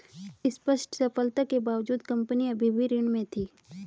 स्पष्ट सफलता के बावजूद कंपनी अभी भी ऋण में थी